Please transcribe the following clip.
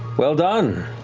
well done.